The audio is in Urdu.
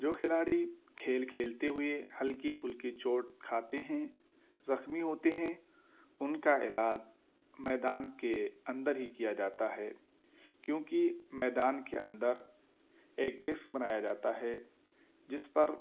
جو کھلاڑی کھیل کھیلتے ہوئے ہلکی پھلکی چوٹ کھاتے ہیں زخمی ہوتے ہیں ان کا علاج میدان کے اندر ہی کیا جاتا ہے کیوں کہ میدان کے اندر ایک ڈیسک بنایا جاتا ہے جس پر